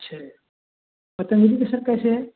अच्छा पतंजलि के सर कैसे हैं